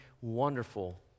wonderful